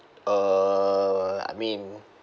uh I mean